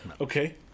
Okay